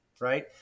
right